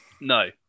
No